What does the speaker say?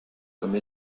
comme